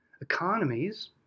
Economies